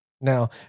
Now